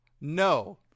No